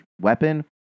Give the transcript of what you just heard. weapon